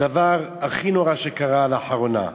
הדבר הכי נורא שקרה לאחרונה,